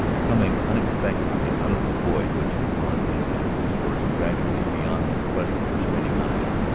coming unexpectedly out of the void which had drawn him and his horse gradually beyond the quest of her straining eyes.